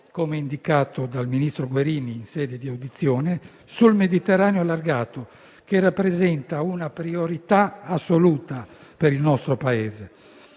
come indicato dal ministro Guerini in sede di audizione - sul Mediterraneo allargato, che rappresenta una priorità assoluta per il nostro Paese.